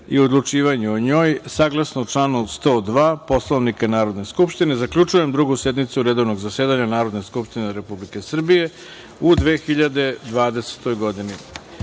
i odlučivanje o njoj, saglasno članu 102. Poslovnika Narodne skupštine, zaključujem Drugu sednicu Drugog redovnog zasedanja Narodne skupštine Republike Srbije u 2020.